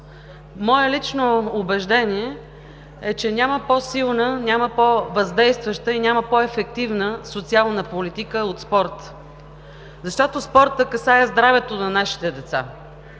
Мое лично убеждение е, че няма по-силна, няма по-въздействаща и няма по-ефективна социална политика от спорта. Защото спортът касае здравето на нашите деца.